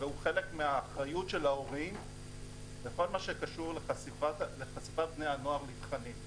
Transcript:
והוא חלק מהאחריות של ההורים בכל מה שקשור לחשיפת בני הנוער לתכנים.